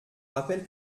rappelle